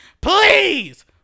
Please